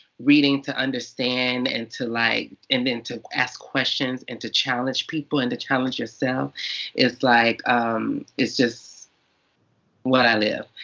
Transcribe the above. reading to understand and to, like, and and to ask questions and to challenge people and to challenge yourself is like is just what i live.